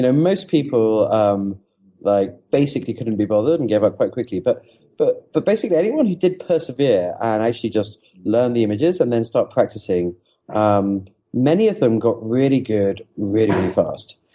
and um most people um like basically couldn't be bothered and give up quite quickly. but but but basically anyone who did persevere and actually just learned the images and then started practicing, um many of them got really good really fast.